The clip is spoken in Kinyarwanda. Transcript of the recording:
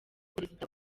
perezida